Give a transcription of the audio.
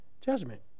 judgment